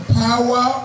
power